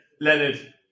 Leonard